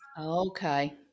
Okay